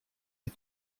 est